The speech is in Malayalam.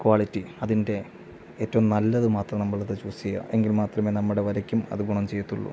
ക്വാളിറ്റി അതിൻ്റെ ഏറ്റവും നല്ലത് മാത്രം നമ്മൾ അത് ചൂസ് ചെയ്യുക എങ്കിൽ മാത്രമേ നമ്മുടെ വരയ്ക്കും അത് ഗുണം ചെയ്യുള്ളൂ